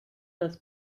das